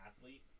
athlete